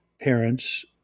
parents